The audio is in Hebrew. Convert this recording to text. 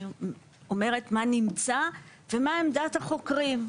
אני אומרת מה נמצא ומה עמדת החוקרים.